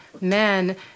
men